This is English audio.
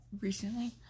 recently